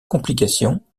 complications